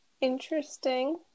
interesting